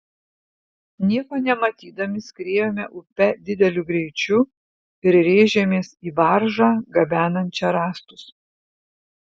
nieko nematydami skriejome upe dideliu greičiu ir rėžėmės į baržą gabenančią rąstus